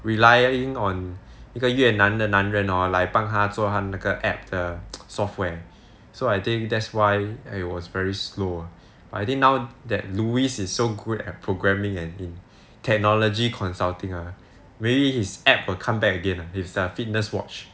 relying on 一个越南的男人 hor 来帮他做他那个 app the software so I think that's why it was very slow I think now that louis is so good at programming and in technology consulting ah maybe his app will come back again as the fitness watch